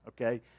okay